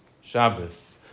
Shabbos